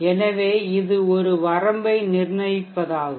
எனவே இது ஒரு வரம்பை நிர்ணயிப்பதாகும்